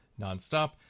nonstop